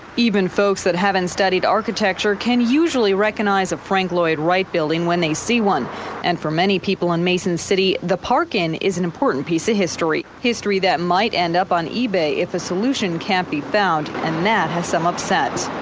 even folks that haven't studied architecture can usually recognize a frank lloyd wright building when they see one and for many people in mason city, the park inn is an important piece of history, history that might end up on ebay if a solution can't be found and that has some upset.